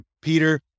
Peter